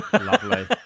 Lovely